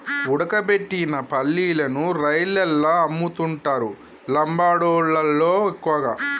ఉడకబెట్టిన పల్లీలను రైలల్ల అమ్ముతుంటరు లంబాడోళ్ళళ్లు ఎక్కువగా